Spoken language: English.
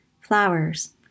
Flowers